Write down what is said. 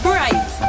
right